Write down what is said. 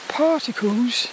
particles